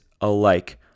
alike